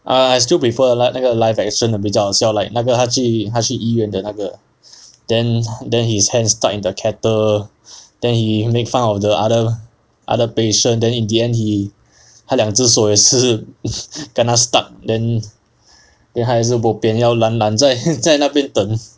err I still prefer 那个 live action 的比较好笑 like 那个他去他去医院的那个 then then his hands stuck in the kettle then he made fun of the other other patient then in the end he 他两只手也是 kena stuck then 还是 bo pian 要懒懒在在那边等